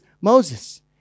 Moses